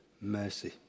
mercy